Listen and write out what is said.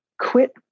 quit